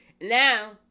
Now